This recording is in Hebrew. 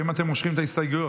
האם אתם מושכים את ההסתייגויות?